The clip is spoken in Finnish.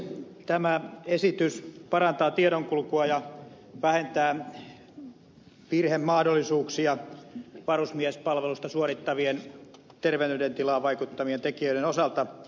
tämä esitys parantaa tiedonkulkua ja vähentää virhemahdollisuuksia varusmiespalvelusta suorittavien terveydentilaan vaikuttavien tekijöiden osalta